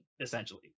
essentially